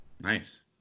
Nice